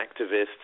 activists